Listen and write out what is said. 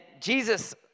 Jesus